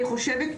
אני חושבת,